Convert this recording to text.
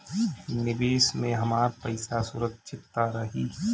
निवेश में हमार पईसा सुरक्षित त रही?